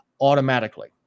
automatically